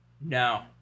no